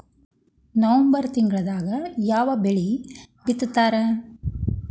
November ತಿಂಗಳದಾಗ ಯಾವ ಬೆಳಿ ಬಿತ್ತತಾರ?